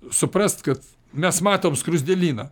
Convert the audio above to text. suprast kad mes matom skruzdėlyną